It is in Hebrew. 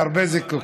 הרבה, הרבה זיקוקים.